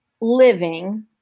living